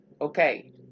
Okay